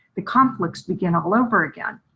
the conflicts begin all over again.